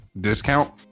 discount